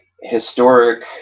historic